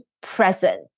present